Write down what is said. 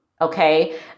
Okay